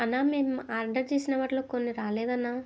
అన్నా మేము ఆర్డర్ చేసిన వాటిలో కొన్ని రాలేదన్నా